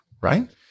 right